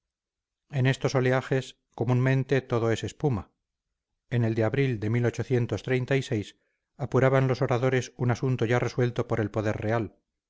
en estos oleajes comúnmente todo es espuma en el de abril de apuraban los oradores un asunto ya resuelto por el poder real